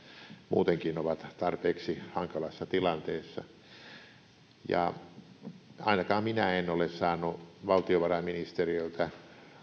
muutenkin ovat tarpeeksi hankalassa tilanteessa ainakaan minä en ole saanut valtiovarainministeriöltä